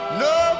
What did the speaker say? no